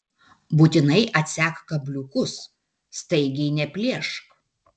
būtinai atsek kabliukus staigiai neplėšk